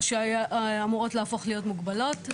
או שאמורות להפוך למוגבלות.